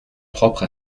propre